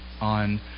on